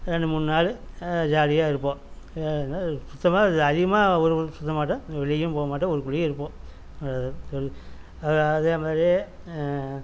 ரெண்டு மூணு நாளு ஜாலியாக இருப்போம் சுத்தமாக அது அதிகமாக ஊர் ஊருன் சுற்றமாட்டோம் வெளியும் போக மாட்டேன் ஊருக்குள்ளையே இருப்போம் அதுதான் அதேமாதிரியே